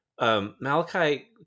Malachi